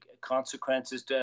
consequences